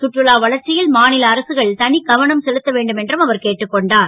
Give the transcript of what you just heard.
கற்றுலா வளர்ச்சி ல் மா ல அரசுகள் த கவனம் செலுத்த வேண்டும் என்று அவர் கேட்டுக் கொண்டார்